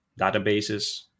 databases